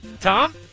Tom